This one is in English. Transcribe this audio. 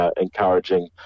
encouraging